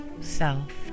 self